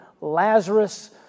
Lazarus